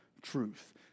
truth